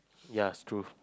yes true